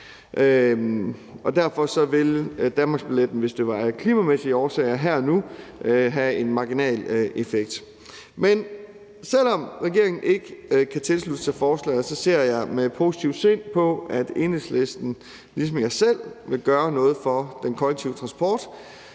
Derfor ville danmarksbilletten, hvis det var af klimamæssige årsager, her og nu have en marginal effekt. Men selv om regeringen ikke kan tilslutte sig forslaget, ser jeg med positivt sind på, at Enhedslisten ligesom jeg selv vil gøre noget for den kollektive transport.